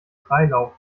freilauf